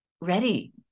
ready